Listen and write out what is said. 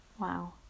Wow